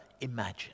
imagine